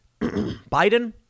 Biden